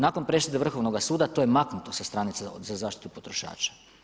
Nakon presude Vrhovnoga suda to je maknuto sa stranice za zaštitu potrošača.